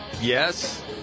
Yes